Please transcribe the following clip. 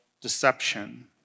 deception